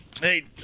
Hey